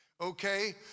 okay